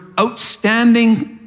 outstanding